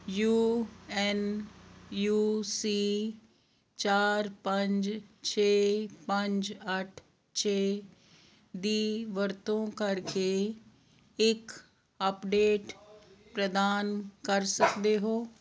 you N U C ਚਾਰ ਪੰਜ ਛੇ ਪੰਜ ਅੱਠ ਛੇ ਦੀ ਵਰਤੋਂ ਕਰਕੇ ਇੱਕ ਅਪਡੇਟ ਪ੍ਰਦਾਨ ਕਰ ਸਕਦੇ ਹੋ